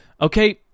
Okay